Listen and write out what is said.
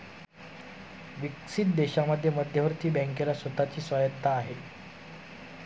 विकसित देशांमध्ये मध्यवर्ती बँकेला स्वतः ची स्वायत्तता आहे